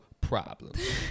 problems